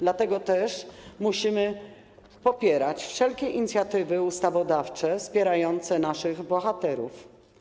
Dlatego też musimy popierać wszelkie inicjatywy ustawodawcze wspierające naszych bohaterów.